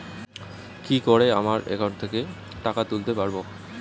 কি করে আমার একাউন্ট থেকে টাকা তুলতে পারব?